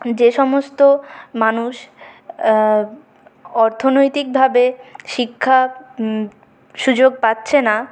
যে সমস্ত মানুষ অর্থনৈতিকভাবে শিক্ষা সুযোগ পাচ্ছে না